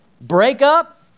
breakup